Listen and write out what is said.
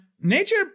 nature